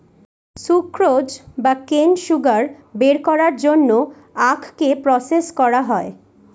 sucrose বা cane sugar বের করার জন্য আখকে প্রসেস করা হয়